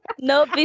no